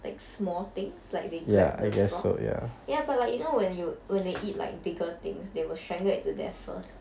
like small things like they grab the frog ya but like you know when you when they eat like bigger things they will strangle it to death first